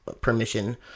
permission